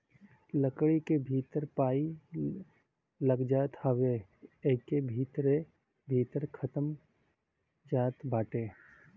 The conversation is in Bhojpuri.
लकड़ी के भीतर पाई लाग जात हवे त इ एके भीतरे भीतर खतम हो जात बाटे